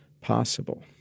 possible